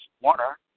Warner